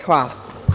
Hvala.